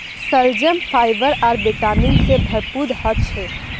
शलजम फाइबर आर विटामिन से भरपूर ह छे